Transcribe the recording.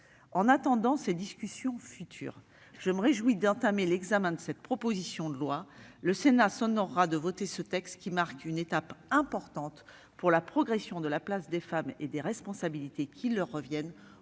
En attendant ces discussions futures, je me réjouis d'entamer l'examen de cette proposition de loi. Le Sénat s'honorera de voter ce texte, qui marque une étape importante pour la progression de la place des femmes et des responsabilités qui leur reviennent